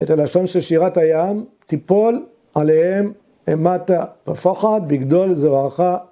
את הלשון של שירת הים, תיפול עליהם ומטה בפחד, בגדול, זרחה